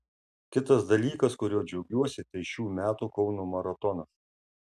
kitas dalykas kuriuo džiaugiuosi tai šių metų kauno maratonas